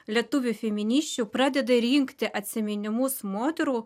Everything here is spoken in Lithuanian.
lietuvių feminisčių pradeda rinkti atsiminimus moterų